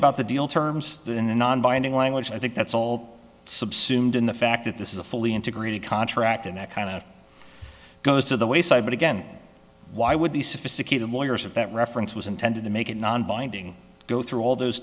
about the deal terms than a non binding language i think that's all subsumed in the fact that this is a fully integrated contract and that kind of goes to the wayside but again why would the sophisticated lawyers of that reference was intended to make it nonbinding go through all those